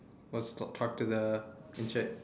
wants to talk to the encik